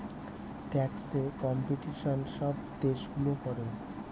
ট্যাক্সে কম্পিটিশন সব দেশগুলো করে